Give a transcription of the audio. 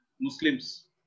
Muslims